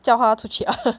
叫她出去 ah